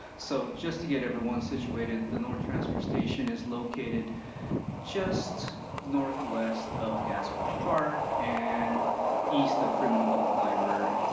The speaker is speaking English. so just to get everyone situated. the north transfer station is located just northwest of gasworks park. and easter fremont public library.